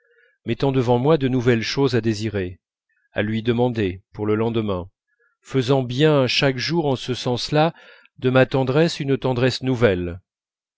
mettant devant moi de nouvelles choses à désirer à lui demander pour le lendemain faisant bien chaque jour en ce sens-là de ma tendresse une tendresse nouvelle